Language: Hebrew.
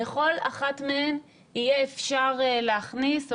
בכל אחת מהן יהיה אפשר להכניס,